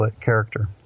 character